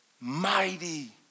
mighty